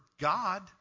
God